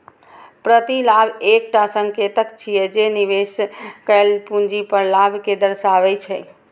प्रतिलाभ एकटा संकेतक छियै, जे निवेश कैल पूंजी पर लाभ कें दर्शाबै छै